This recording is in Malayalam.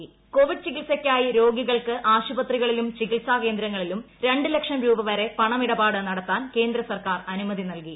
പണമിടപാട് കോവിഡ് ചികിത്സയ്ക്കായി രോഗികൾക്ക് ആശുപത്രികളിലും ചികിത്സാ കേന്ദ്രങ്ങളിലും രണ്ട് ലക്ഷം രൂപ വരെ പണമിടപാട് നടത്താൻ കേന്ദ്ര സർക്കാർ അനുമതി നൽകി